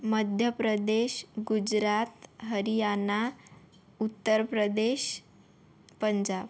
Madhya Pradesh Gujarat Haryana Uttar Pradesh Punjab